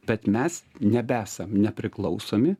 bet mes nebeesam nepriklausomi